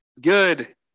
good